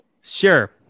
Sure